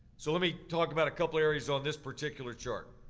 so let me talk about a couple areas on this particular chart.